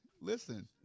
listen